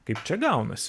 kaip čia gaunasi